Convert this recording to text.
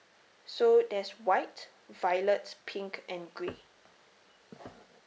so there's white violet pink and green